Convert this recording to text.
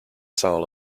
soul